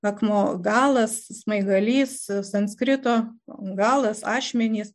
akmuo galas smaigalys sanskrito galas ašmenys